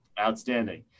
Outstanding